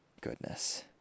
goodness